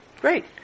Great